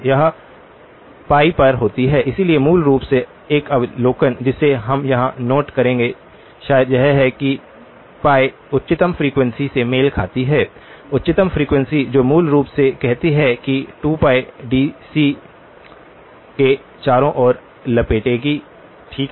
यह पर होता है इसलिए मूल रूप से एक अवलोकन जिसे हम यहां नोट करेंगे शायद यह है कि π उच्चतम फ्रीक्वेंसी से मेल खाती है उच्चतम फ्रीक्वेंसी जो मूल रूप से कहती है कि 2π डीसी के चारों ओर लपेटेगी ठीक है